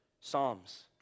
psalms